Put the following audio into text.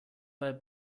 bei